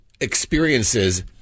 experiences